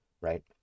right